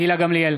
גילה גמליאל,